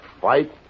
fight